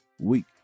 week